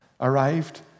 arrived